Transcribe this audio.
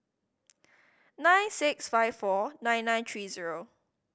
nine six five four nine nine three zero